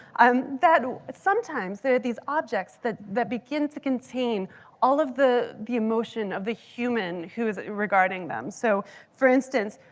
um that sometimes there are these objects that begin to contain all of the the emotion of the human who is regarding them. so for instance,